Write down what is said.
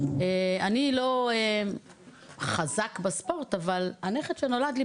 אני לא חזקה בספורט אבל הנכד שנולד לי,